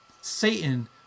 Satan